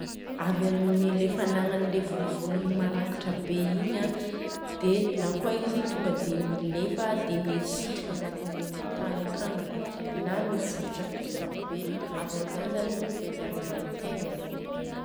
Avy amin'ny le fanagnany volo marangitra be igny a. Dia na koa izy tonga dia milefa dia misitrika agnatin'ny tany akagny na miforotra bitika be. Avy amizany zany no hiarovany tegnany.